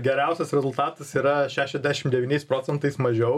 geriausias rezultatas yra šešiadešim devyniais procentais mažiau